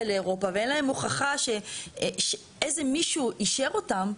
לאירופה ואין להם הוכחה שאיזה מישהו אישר אותם,